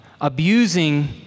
abusing